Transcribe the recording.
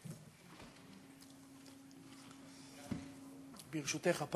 ברשותך,